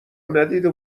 ندیده